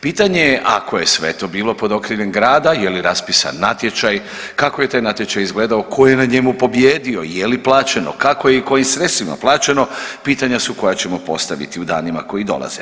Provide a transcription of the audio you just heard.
Pitanje je ako je sve to bilo pod okriljem grada je li raspisan natječaj, kako je taj natječaj izgledao, tko je na njemu pobijedio, je li plaćeno, kako je i kojim sredstvima plaćeno pitanja su koja ćemo postaviti u danima koji dolaze.